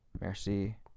Merci